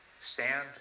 stand